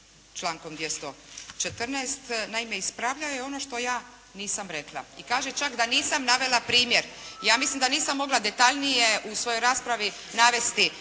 člankom 214. Naime ispravljao je ono što ja nisam rekla i kaže čak da nisam navela primjer. Ja mislim da nisam mogla detaljnije u svojoj raspravi navesti